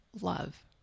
love